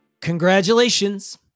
Congratulations